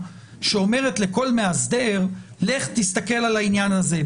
שאומרת לכל מאסדר להסתכל על העניין הזה.